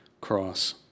cross